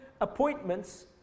appointments